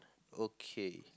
okay